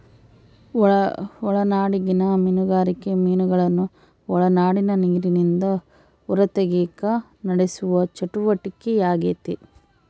ಒಳನಾಡಿಗಿನ ಮೀನುಗಾರಿಕೆ ಮೀನುಗಳನ್ನು ಒಳನಾಡಿನ ನೀರಿಲಿಂದ ಹೊರತೆಗೆಕ ನಡೆಸುವ ಚಟುವಟಿಕೆಯಾಗೆತೆ